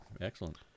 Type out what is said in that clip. excellent